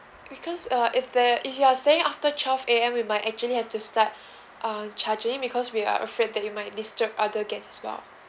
because uh if they if you're staying after twelve A_M we might actually have to start uh charging because we are afraid that you might disturb other guest as well